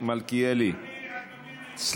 מלכיאלי, אני, אדוני, נמצא.